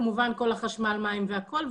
כמובן חשמל מים והכל,